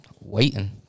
waiting